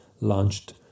launched